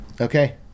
Okay